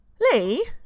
Lee